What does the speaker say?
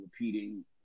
repeating